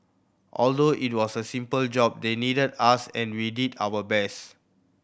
although it was a simple job they needed us and we did our best